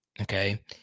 Okay